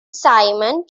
simon